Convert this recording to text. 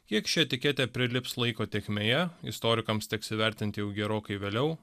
kiek ši etiketė prilips laiko tėkmėje istorikams teks įvertinti jau gerokai vėliau